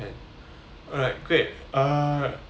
alright great uh